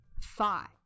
five